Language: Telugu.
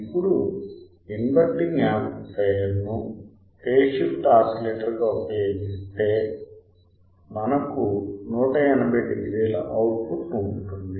ఇప్పుడు ఇన్వర్టింగ్ యాంప్లిఫయర్ను ఫేజ్ షిఫ్ట్ ఆసిలేటర్గా ఉపయోగిస్తే మనకు 180 డిగ్రీల అవుట్ పుట్ ఉంటుంది